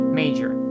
major